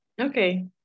Okay